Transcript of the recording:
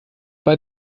bei